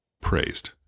praised